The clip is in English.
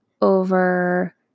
over